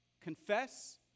Confess